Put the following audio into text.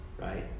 right